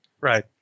Right